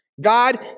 God